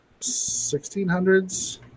1600s